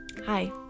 Hi